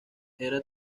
era